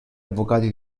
avvocati